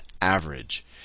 average